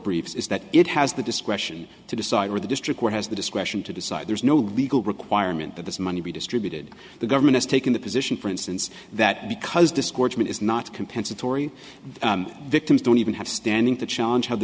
briefs is that it has the discretion to decide where the district court has the discretion to decide there's no legal requirement that this money be distributed the government has taken the position for instance that because discouragement is not compensatory victims don't even have standing to challenge how the